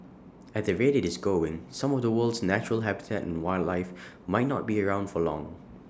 at the rate IT is going some of the world's natural habitat and wildlife might not be around for long